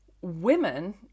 women